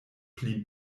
pli